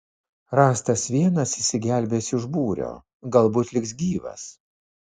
rastas vienas išsigelbėjęs iš būrio galbūt liks gyvas